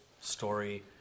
story